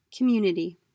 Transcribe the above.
Community